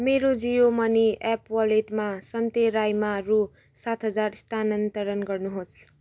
मेरो Jio money app वालेटमा सन्ते राईमा रु सात हजार स्थानान्तरण गर्नुहोस्